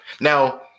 Now